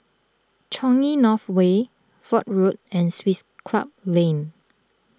Changi North Way Fort Road and Swiss Club Lane